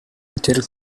still